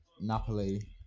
Napoli